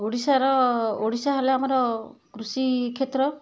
ଓଡ଼ିଶାର ଓଡ଼ିଶା ହେଲା ଆମର କୃଷି କ୍ଷେତ୍ର